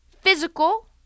physical